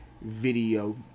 video